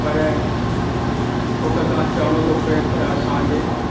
पर दुख सां चवणो थो पए त असांजे